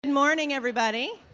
and morning everybody.